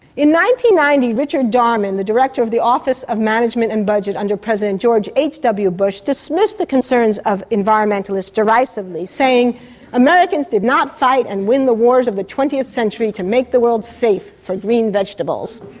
ninety ninety richard darman, the director of the office of management and budget under president george h. w. bush, dismissed the concerns of environmentalists derisively, saying americans did not fight and win the wars of the twentieth century to make the world safe for green vegetables.